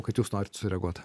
kad jūs norit sureaguot